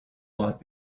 lot